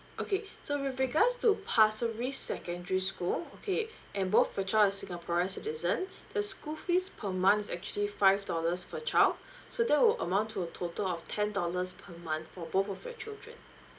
okay so with regards to pasir ris secondary school okay and both your child is singaporean citizen the school fees per month is actually five dollars per child so that will amount to a total of ten dollars per month for both of your children